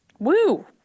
Woo